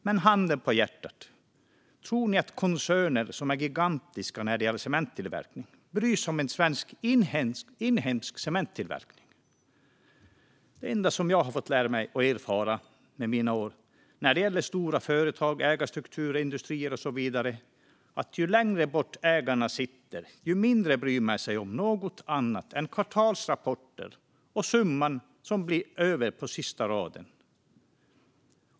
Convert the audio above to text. Men, handen på hjärtat, tror ni att koncerner som är gigantiska när det gäller cementtillverkning bryr sig om svensk inhemsk cementtillverkning? Det enda som jag fått lära mig och erfara under mina år när det gäller stora företag, ägarstrukturer, industrier och så vidare är att ju längre bort ägarna sitter, desto mindre bryr de sig om något annat än kvartalsrapporter och summan som blir över på sista raden.